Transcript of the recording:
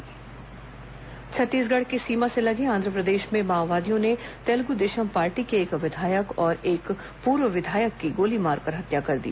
माओवादी विधायक हत्या छत्तीसगढ़ की सीमा से लगे आंध्रप्रदेश में माओवादियों ने तेलगु देशम पार्टी के एक विधायक और एक पूर्व विधायक की गोली मारकर हत्या कर दी